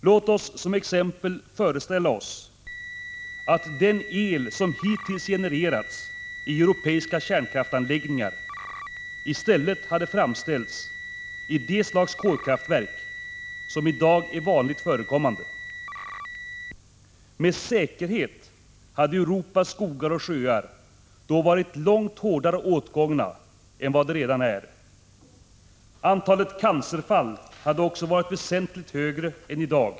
Låt oss som exempel föreställa oss att den el som hittills genererats i europeiska kärnkraftsanläggningar i stället hade framställts i de slags kolkraftverk som i dag är vanligt förekommande. Med säkerhet hade Europas skogar och sjöar då varit långt hårdare åtgångna än vad de redan är. Antalet cancerfall hade också varit väsentligt större än i dag.